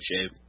shape